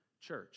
church